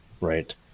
right